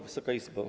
Wysoka Izbo!